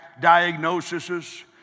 diagnoses